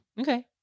Okay